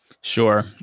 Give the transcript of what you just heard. Sure